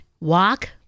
Walk